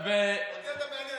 אותי זה מעניין.